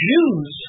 Jews